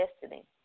destiny